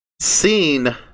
seen